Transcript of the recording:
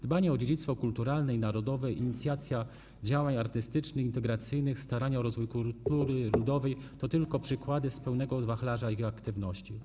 Dbanie o dziedzictwo kulturalne i narodowe, inicjacja działań artystycznych, integracyjnych, starania o rozwój kultury ludowej - to tylko przykłady z pełnego wachlarza ich aktywności.